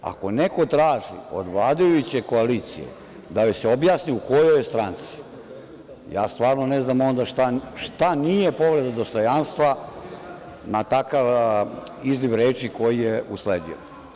Ako neko traži od vladajuće koalicije da joj se objasni u kojoj je stranci, ja stvarno ne znam onda šta nije povreda dostojanstva na takav izliv reči koji je usledio.